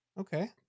okay